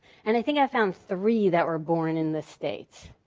and i think i found three that were born in the states.